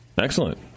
Excellent